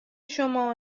شما